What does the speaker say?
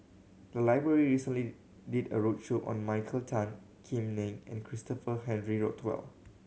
the library recently did a roadshow on Michael Tan Kim Nei and Christopher Henry Rothwell